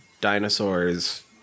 dinosaurs